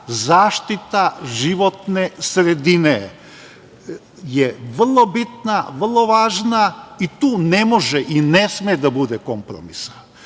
zaštita životne sredine je vrlo bitna, vrlo važna i tu ne može i ne sme da bude kompromisa.